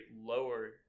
lower